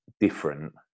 different